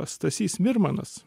stasys mirmanas